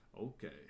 okay